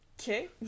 Okay